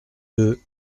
deux